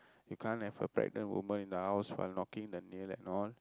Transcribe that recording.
you can't have a pregnant woman in the house when knocking the nail and all